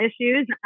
issues